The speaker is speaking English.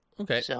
Okay